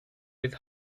with